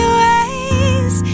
ways